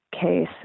case